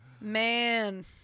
Man